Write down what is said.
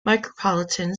micropolitan